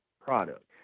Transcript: product